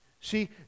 See